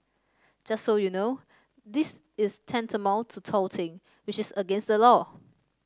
just so you know this is tantamount to touting which is against the law